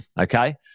okay